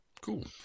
Cool